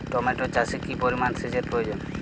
Tomato চাষে কি পরিমান সেচের প্রয়োজন?